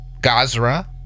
Gazra